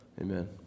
Amen